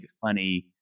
funny